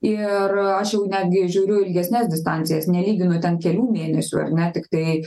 ir aš jau netgi žiūriu ilgesnes distancijas nelyginu ten kelių mėnesių ar ne tiktai